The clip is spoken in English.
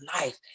life